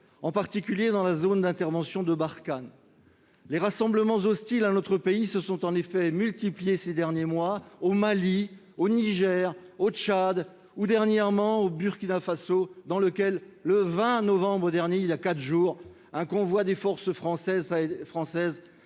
en particulier dans la zone d'intervention de Barkhane. Les rassemblements hostiles à notre pays se sont en effet multipliés ces derniers mois au Mali, au Niger, au Tchad ou, dernièrement, au Burkina Faso. Dans ce pays, le 20 novembre dernier, il y a quatre jours, un convoi des forces françaises